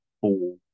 four